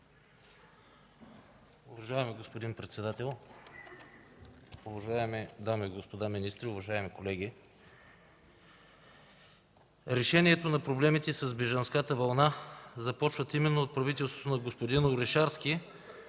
Уважаеми господин председател, уважаеми дами и господа министри, уважаеми колеги! Решенията на проблемите с бежанската вълна започват именно от правителството на господин Орешарски